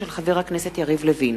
של חבר הכנסת יריב לוין,